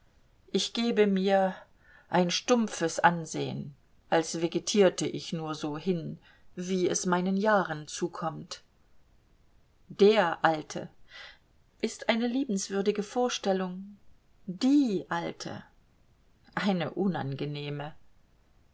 ich gebe mir ein stumpfes ansehen als vegetierte ich nur so hin wie es meinen jahren zukommt der alte ist eine liebenswürdige vorstellung die alte eine unangenehme